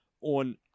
on